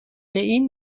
این